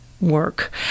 work